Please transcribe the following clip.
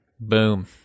Boom